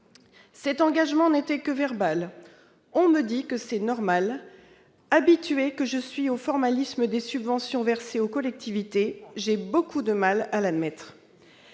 Cet engagement n'était que verbal. On me dit que c'est normal. Habituée que je suis au formalisme entourant le versement des subventions aux collectivités, j'ai beaucoup de mal à l'admettre